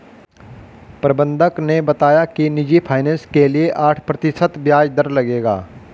प्रबंधक ने बताया कि निजी फ़ाइनेंस के लिए आठ प्रतिशत ब्याज दर लगेगा